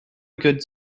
good